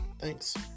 thanks